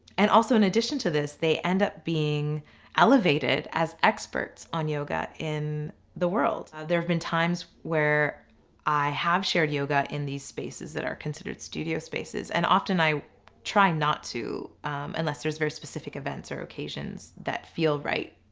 and also in addition to this they end up being elevated as experts on yoga in the world. there've been times where i have shared yoga in these spaces that are considered studio spaces and often i try not to unless there is very specific events or occasions that feel right